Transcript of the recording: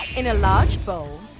in a large bowl,